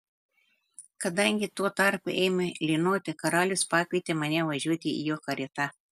kadangi tuo tarpu ėmė lynoti karalius pakvietė mane važiuoti jo karieta